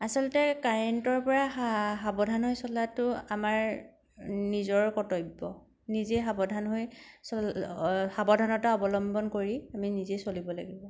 আচলতে কাৰেণ্টৰ পৰা সা সাৱধান হৈ চলাটো আমাৰ নিজৰ কৰ্তব্য নিজে সাৱধান হৈ সাৱধানতা অৱলম্বন কৰি আমি নিজেই চলিব লাগিব